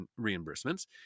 reimbursements